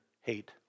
hate